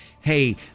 Hey